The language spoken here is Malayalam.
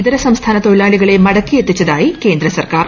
ഇതര സംസ്ഥാന തൊഴിലാളികളെ മടക്കിയെത്തിച്ചതായി കേന്ദ്രസർക്കാർ